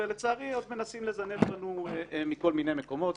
ולצערי, עוד מנסים לזנב בנו מכל מיני מקומות.